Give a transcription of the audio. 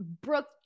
Brooke